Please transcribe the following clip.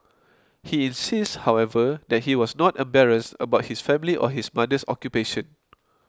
he insists however that he was not embarrassed about his family or his mother's occupation